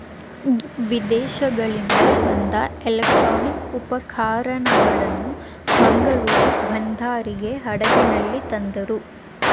ವಿದೇಶಗಳಿಂದ ಬಂದ ಎಲೆಕ್ಟ್ರಾನಿಕ್ ಉಪಕರಣಗಳನ್ನು ಮಂಗಳೂರು ಬಂದರಿಗೆ ಹಡಗಿನಲ್ಲಿ ತಂದರು